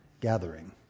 gathering